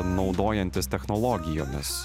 naudojantis technologijomis